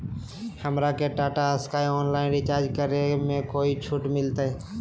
हमरा के Tata Sky online recharge करे में कोई छूट मिलतई